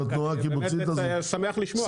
אני שמח לשמוע.